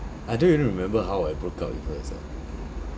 I don't really remember how I broke up at first ah